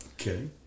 Okay